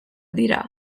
dira